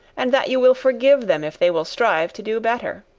and that you will forgive them if they will strive to do better.